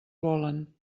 volen